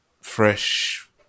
fresh